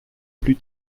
plus